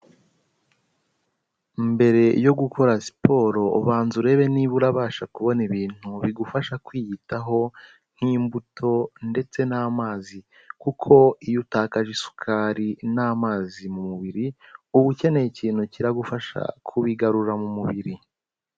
Mbere yo gukora siporo banza urebe niba urabasha kubona ibintu bigufasha kwiyitaho, nk'imbuto ndetse n'amazi kuko iyo utakaje isukari n'amazi mu mubiri uba ukeneye ikintu kiragufasha kubigarura mu mubiri.